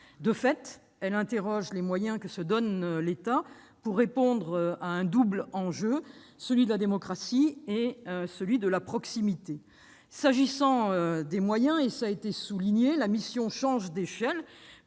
De fait, cette mission interroge les moyens que se donne l'État pour répondre à un double enjeu : celui de la démocratie et celui de la proximité. S'agissant des moyens, la mission change d'échelle,